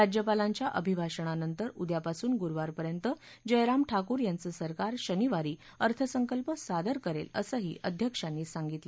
राज्यपालांच्या अभिभाषणांनंतर उद्यापासून गुरुवापर्यंत जय राम ठाकूर यांचं सरकार शनिवारी अर्थसंकल्प सादर करेल असंही अध्यक्षांनी सांगितलं